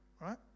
Right